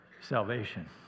salvation